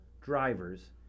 drivers